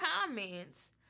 comments